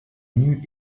nue